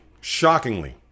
Shockingly